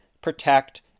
protect